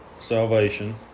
Salvation